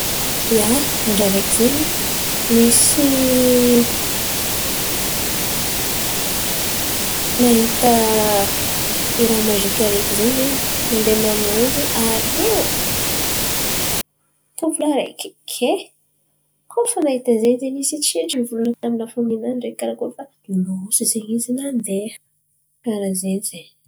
Ia, andra areky zen̈y nisy nahita raha maziky areky zen̈y. Zen̈y mandeha manondro arian̈a tovolahy areky. Kay koa fa nahita zen̈y zen̈y izy tsy nivolan̈a taminy lafamy nany ndreky karakory fa rôso izen̈y izy nandeha karà zen̈y zen̈y.